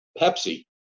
Pepsi